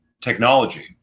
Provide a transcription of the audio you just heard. technology